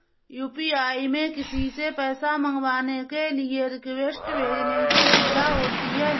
UPI में किसी से पैसा मंगवाने के लिए रिक्वेस्ट भेजने की सुविधा होती है